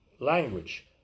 language